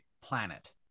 planet